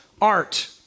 art